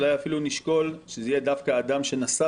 אולי אפילו נשקול שזה יהיה דווקא אדם שנשא